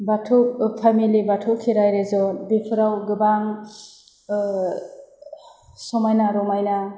बाथौ family Bathou Kherai रेजर्ट बेफोराव गोबां समायना रमायना